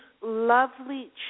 lovely